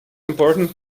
important